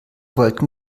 wollten